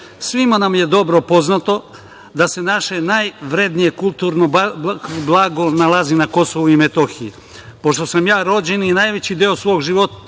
nam je dobro poznato da se naše najvrednije kulturno blago nalazi na Kosovu i Metohiji. Pošto sam ja rođen i najveći deo svog životnog